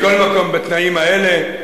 מכל מקום, בתנאים האלה,